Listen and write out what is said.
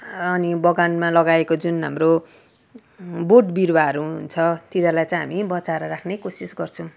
अनि बगानमा लगाएको जुन हाम्रो बोट बिरुवाहरू हुन्छ तिनीहरूलाई चाहिँ हामी बचाएर राख्ने कोसिस गर्छौँ